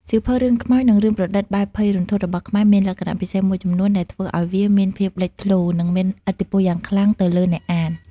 សៀវភៅរឿងខ្មោច និងរឿងប្រឌិតបែបភ័យរន្ធត់របស់ខ្មែរមានលក្ខណៈពិសេសមួយចំនួនដែលធ្វើឲ្យវាមានភាពលេចធ្លោ និងមានឥទ្ធិពលយ៉ាងខ្លាំងទៅលើអ្នកអាន។